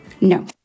No